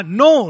no